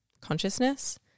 consciousness